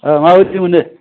ओ माबायदि मोनो